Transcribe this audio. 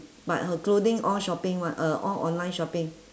but her clothing all shopping [one] ah all online shopping